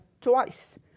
twice